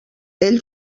ell